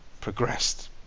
progressed